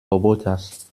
roboters